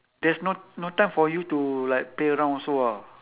there's no no time for you to like play around also ah